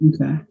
okay